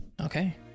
Okay